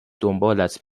دنبالت